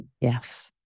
Yes